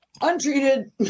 untreated